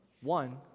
One